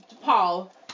paul